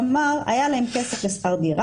כלומר, היה להם כסף לשכ"ד,